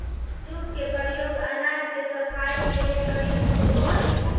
सूप के प्रयोग अनाज के सफाई के लिए प्रयुक्त होवऽ हई